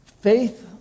faith